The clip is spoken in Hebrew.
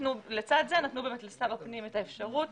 ולצד זה נתנו לשר הפנים את האפשרות,